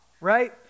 right